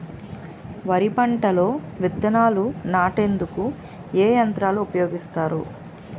వరి పంటలో విత్తనాలు నాటేందుకు ఏ యంత్రాలు ఉపయోగిస్తారు?